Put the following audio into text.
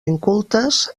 incultes